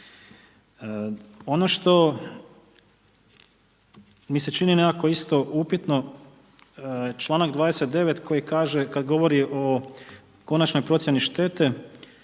Ono što mi se čini nekako isto upitno, čl. 29. koji kaže kad govori o konačnoj procjeni štete,